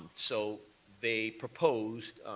so they proposed,